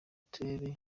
uturere